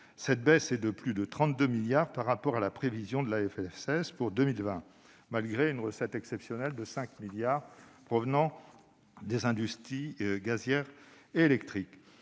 Cette baisse est de plus de 32 milliards d'euros par rapport à la prévision de la LFSS pour 2020, malgré une recette exceptionnelle de 5 milliards d'euros provenant des industries électriques